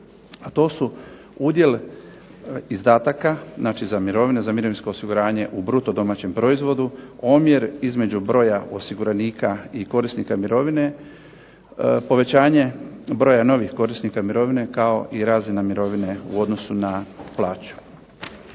A to su udjel izdataka znači za mirovine, za mirovinsko osiguranje u bruto domaćem proizvodu, omjer između broj osiguranika i korisnika mirovine, povećanje broja novih korisnika mirovine kao i razina mirovine u odnosu na plaću.